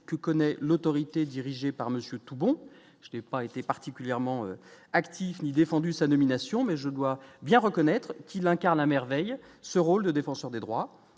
que connaît l'Autorité dirigé par Monsieur Toubon, je n'ai pas été particulièrement actif ni défendu sa nomination mais je dois bien reconnaître qu'il incarne à merveille ce rôle de défenseur des droits